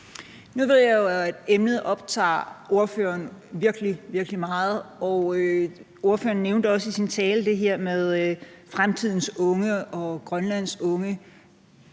Nu ved jeg jo, at emnet optager ordføreren virkelig, virkelig meget, og ordføreren nævnte også i sin tale det her med fremtidens unge og Grønlands unge.